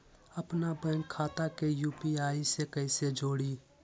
अपना बैंक खाता के यू.पी.आई से कईसे जोड़ी?